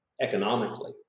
economically